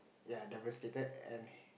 ya devastated and